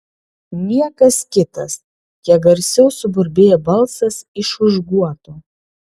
niekas kitas kiek garsiau suburbėjo balsas iš už guoto